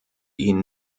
ihnen